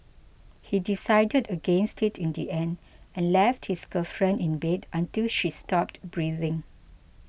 he decided against it in the end and left his girlfriend in bed until she stopped breathing